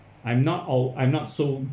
I'm not or I'm not so